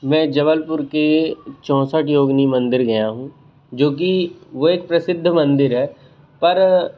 मैं जबलपुर के चौसठ योगिनी मंदिर गया हूँ जो कि वह एक प्रसिद्ध मंदिर है पर